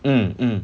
mm mm